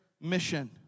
mission